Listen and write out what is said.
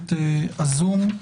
מערכת זום.